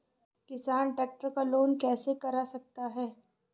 किसान ट्रैक्टर का लोन कैसे करा सकता है?